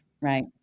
right